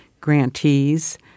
grantees